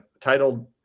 titled